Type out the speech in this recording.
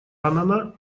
аннана